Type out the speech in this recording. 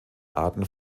arten